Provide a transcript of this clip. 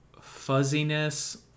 fuzziness